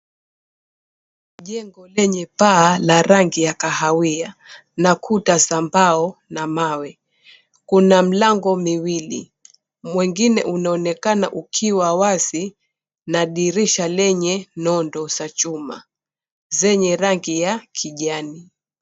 Jengo lenye paa la rangi ya kahawia na kuta za mbao na mawe. Kuna milango miwili, mwingine ukionekana kuwa wazi na dirisha lenye nondo za chuma zenye rangi ya kijani.